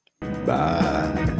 Bye